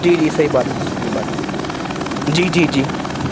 جی جی صحیح بات ہے سر صحیح بات ہے جی جی جی